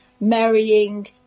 marrying